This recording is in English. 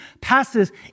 passes